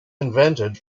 invented